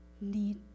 need